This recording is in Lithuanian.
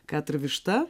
kat ir višta